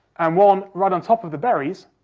and one right on top of the berries,